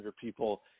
people